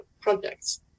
projects